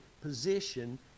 position